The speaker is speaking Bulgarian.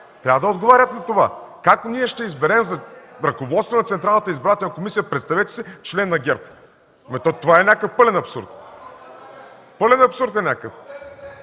Трябва да отговарят на това. Как ние ще изберем ръководство на Централната избирателна комисия, представете си, член на ГЕРБ?! Това е някакъв пълен абсурд. Пълен абсурд е някакъв!